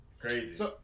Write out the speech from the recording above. Crazy